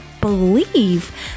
believe